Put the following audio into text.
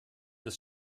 ist